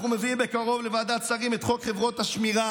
בקרוב אנחנו מביאים לוועדת השרים את חוק חברות השמירה,